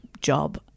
job